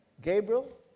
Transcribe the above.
Gabriel